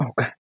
Okay